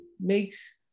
makes